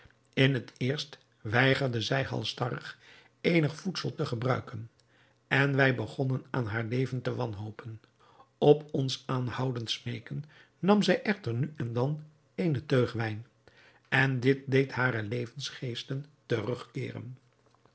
in het eerst weigerde zij halstarrig eenig voedsel te gebruiken en wij begonnen aan haar leven te wanhopen op ons aanhoudend smeeken nam zij echter nu en dan eene teug wijn en dit deed hare levensgeesten terugkeeren